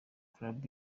club